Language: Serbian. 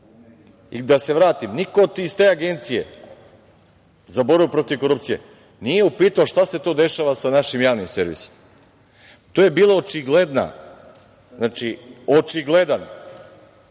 da se vratim, niko iz te Agencije za borbu protiv korupcije nije upitao šta se to dešava sa našim javnim servisom. To je bio očigledan nezakonit